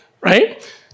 right